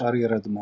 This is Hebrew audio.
השאר יירדמו,